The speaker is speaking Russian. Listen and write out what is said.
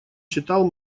читал